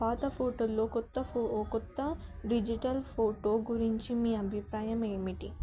పాత ఫోటోల్లో కొత్త ఫో కొత్త డిజిటల్ ఫోటో గురించి మీ అభిప్రాయం ఏమిటి